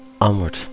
Onward